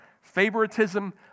favoritism